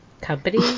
company